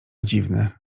dziwne